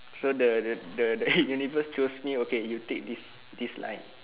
so the the the the universe choose me okay you take this this line